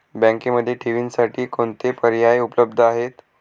बँकेमध्ये ठेवींसाठी कोणते पर्याय उपलब्ध आहेत?